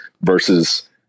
versus